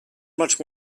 much